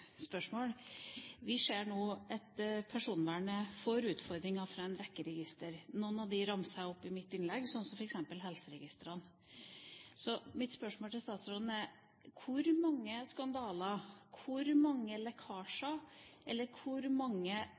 spørsmål. Vi ser nå at personvernet får utfordringer fra en rekke registre. Noen av dem ramset jeg opp i mitt innlegg, som f.eks. helseregistrene. Mitt spørsmål til statsråden er: Hvor mange skandaler, hvor mange lekkasjer og hvor